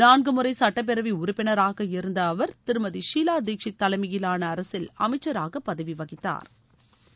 நான்குமுறை சட்டப்பேரவை உறுப்பினாராக இருந்த அவர் திருமதி ஷீவா தீக்ஷித் தலைமையிலான அரசில் அமைச்சராக பதவி வகித்தாா்